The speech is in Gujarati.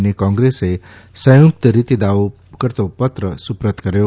અને કોંગ્રેસે સંયુક્ત રીતે દાવો કરતો પત્ર સુપ્રત કર્યો